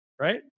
right